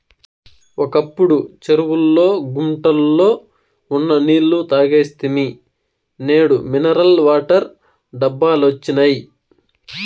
ఒకప్పుడు చెరువుల్లో గుంటల్లో ఉన్న నీళ్ళు తాగేస్తిమి నేడు మినరల్ వాటర్ డబ్బాలొచ్చినియ్